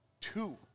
two